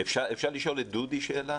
צריך להתייחס לזה באופן מסודר.